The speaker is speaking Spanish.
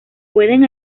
pueden